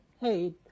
hey